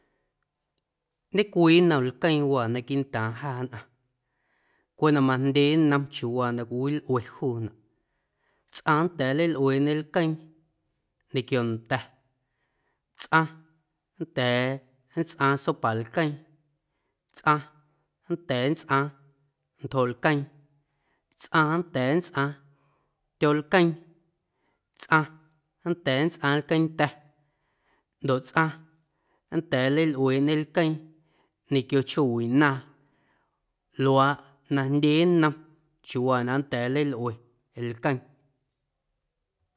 Ñecwii nnom lqueeⁿ waa naquiiꞌntaaⁿ jaa nnꞌaⁿ cweꞌ na majndye nnom chiuuwaa na cwiwilꞌuenaꞌ tsꞌaⁿ nnda̱a̱ nleilꞌueeꞌñê lqueeⁿ ñequio nda̱, tsꞌaⁿ nnda̱a̱ nntsꞌaaⁿ sopa lqueeⁿ, tsꞌaⁿ nnda̱a̱ nntsꞌaaⁿ ntjo lqueeⁿ, tsꞌaⁿ nnda̱a̱ nntsꞌaaⁿ tyooꞌ lqueeⁿ, tsꞌaⁿ nnda̱a̱ nntsꞌaaⁿ lqueeⁿnda̱ ndoꞌ tsꞌaⁿ nnda̱a̱ nleilꞌueeꞌñê lqueeⁿ ñequio chjoowiꞌ naaⁿ luaaꞌ na jndye nnom chiuuwaa na nnda̱a̱ nleilꞌue lqueeⁿ.